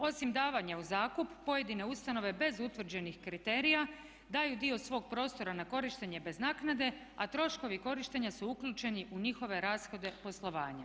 Osim davanja u zakup pojedine ustanove bez utvrđenih kriterija daju dio svog prostora na korištenje bez naknade, a troškovi korištenja su uključeni u njihove rashode poslovanja.